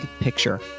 picture